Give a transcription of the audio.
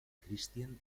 christian